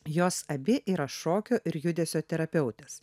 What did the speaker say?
jos abi yra šokio ir judesio terapeutės